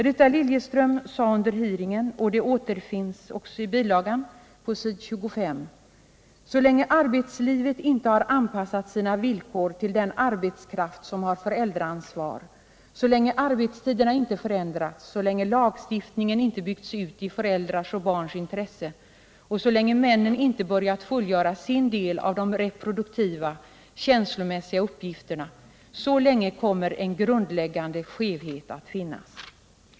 Rita Liljeström sade under hearingen — det återfinns på s. B25 — att ”så länge arbetslivet inte har anpassat sina villkor till den arbetskraft som har föräldraansvar, så länge arbetstiderna inte förändrats, så länge lagstiftningen inte byggts ut i föräldrars och barns intresse och så länge männen inte börjat fullgöra sin del av de reproduktiva, känslomässiga uppgifterna” kommer en grundläggande skevhet att finnas.